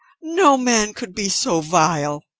no man could be so vile.